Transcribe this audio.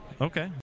Okay